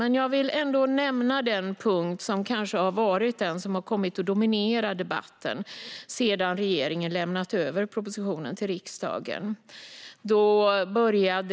Men jag vill ändå nämna den punkt som väl har kommit att dominera debatten sedan regeringen lämnade sin proposition till riksdagen.